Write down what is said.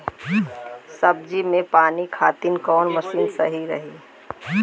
सब्जी में पानी खातिन कवन मशीन सही रही?